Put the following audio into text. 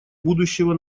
будущего